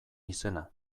izena